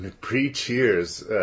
Pre-Cheers